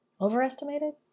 overestimated